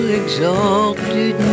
exalted